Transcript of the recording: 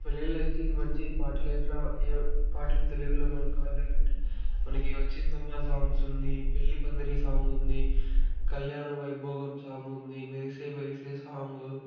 పెళ్ళిల్లోకి ఈ మధ్య ఈ పాటలు పాటలు తెలుగులో మనకి మనకి వచ్చిందమ్మా సాంగ్స్ ఉంది పెళ్ళి పందిరి సాంగ్ ఉంది కల్యాణ వైభోగం సాంగ్ ఉంది మెరిసే మెరిసే సాంగు